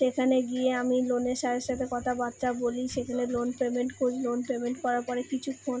সেখানে গিয়ে আমি লোনের স্যারের সাথে কথাবার্তা বলি সেখানে লোন পেমেন্ট করি লোন পেমেন্ট করার পরে কিছুক্ষণ